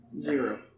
Zero